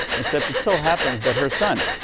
except it so happens that her son,